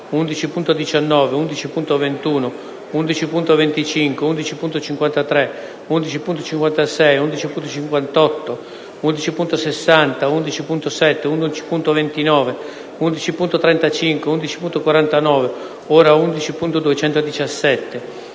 11.19, 11.21, 11.25, 11.53, 11.56, 11.58, 11.60, 11.7, 11.29, 11.35, 11.49 (ora 11.217),